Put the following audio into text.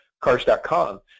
cars.com